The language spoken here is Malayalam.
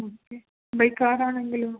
okay by കാറാണെങ്കിലോ